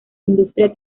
industria